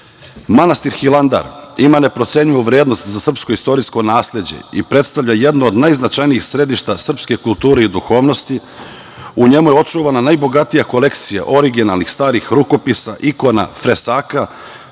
obnovu. Manastir Hilandar ima neprocenjivu vrednost za srpsko istorijsko nasleđe i predstavlja jednu od najznačajnijih središta srpske kulture i duhovnosti. U njemu je očuvana najbogatija kolekcija originalnih starih rukopisa, ikona, fresaka,